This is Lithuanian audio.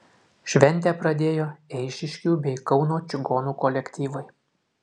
šventę pradėjo eišiškių bei kauno čigonų kolektyvai